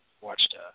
Watched